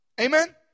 Amen